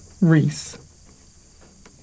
Reese